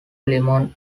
lemon